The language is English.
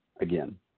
again